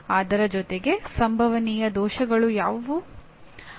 ಆದ್ದರಿಂದ ನಾವು ಪ್ರತಿ ಕುಟುಂಬದ ಅಡಿಯಲ್ಲಿರುವ ಮಾದರಿಗಳ ವಿವರಗಳನ್ನು ಪಡೆಯಲು ಹೋಗುವುದಿಲ್ಲ